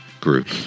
group